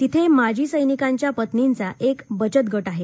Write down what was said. तिथे माजी सैनिकांच्या पत्नींचा एक बचत गट आहे